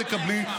תקבלי.